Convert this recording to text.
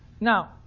Now